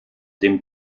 dem